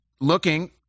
looking